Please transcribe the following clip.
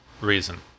reason